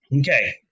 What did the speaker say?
okay